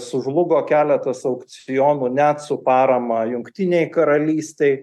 sužlugo keletas aukcionų net su parama jungtinėj karalystėj